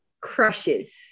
Crushes